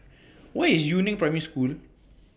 Where IS Yu Neng Primary School